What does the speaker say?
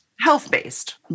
Health-based